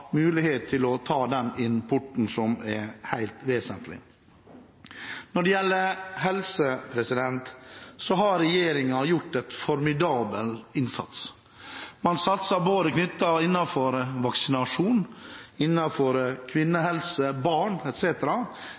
mulighet til å importere – det er helt vesentlig. Når det gjelder helse, har regjeringen gjort en formidabel innsats. Man satser på vaksinasjon, kvinnehelse, barn